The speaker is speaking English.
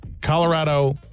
Colorado